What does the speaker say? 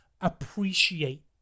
appreciate